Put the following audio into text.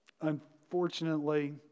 unfortunately